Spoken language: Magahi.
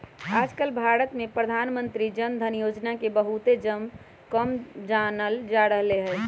आजकल भारत में प्रधानमंत्री जन धन योजना के बहुत ही कम जानल जा रहले है